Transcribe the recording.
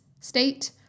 state